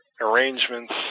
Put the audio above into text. arrangements